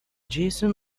jason